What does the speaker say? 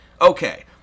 Okay